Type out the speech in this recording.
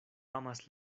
amas